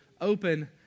open